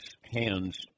hands